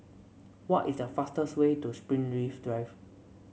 what is the fastest way to Springleaf Drive